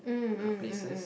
places